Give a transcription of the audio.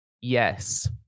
yes